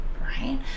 right